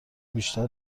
بیشتر